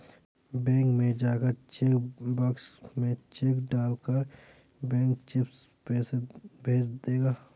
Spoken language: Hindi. बैंक में जाकर चेक बॉक्स में चेक डाल कर बैंक चिप्स पैसे भेज देगा